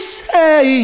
say